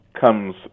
comes